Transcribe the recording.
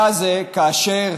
היה זה כאשר